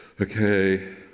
okay